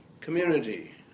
community